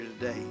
today